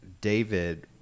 David